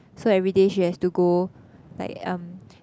so everyday she has to go like um